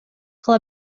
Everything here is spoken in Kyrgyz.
кыла